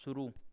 शुरू